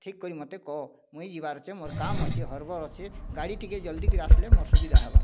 ଠିକ୍ କରି ମତେ କହ ମୁଇଁ ଯିବାର୍ ଅଛେ ମୋର୍ କାମ୍ ଅଛେ ହର୍ବର୍ ଅଛେ ଗାଡ଼ି ଟିକେ ଜଲ୍ଦି କରି ଆସଲେ ମୋର ସୁବିଧା ହେବା